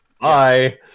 Bye